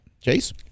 Chase